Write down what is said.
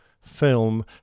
film